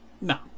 No